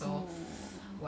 oh